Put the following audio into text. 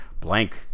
blank